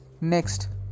Next